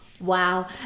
Wow